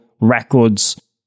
records